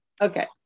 Okay